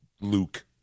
Luke